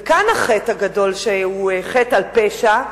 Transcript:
וכאן החטא הגדול, שהוא חטא על פשע,